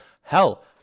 Hell